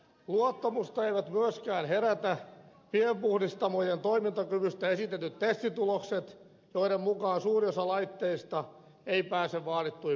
luottamusta eivät myöskään herätä pienpuhdistamojen toimintakyvystä esitetyt testitulokset joiden mukaan suuri osa laitteista ei pääse vaadittuihin puhdistustuloksiin